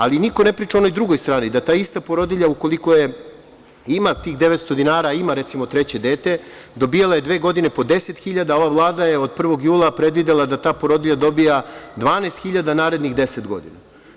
Ali, niko ne priča o onoj drugoj strani, da ta ista porodilja, ukoliko ima tih 900 dinara, a ima, recimo, treće dete, dobijala je dve godine po 10 hiljada, a ova Vlada je od 1. jula predvidela da ta porodilja dobija 12 hiljada narednih deset godina.